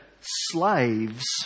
slaves